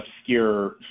obscure